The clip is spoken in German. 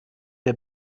der